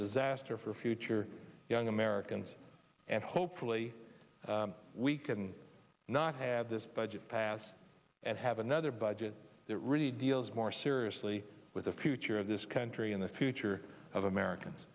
disaster for future young americans and hopefully we can not have this budget passed and have another budget that really deals more seriously with the future of this country in the future of americans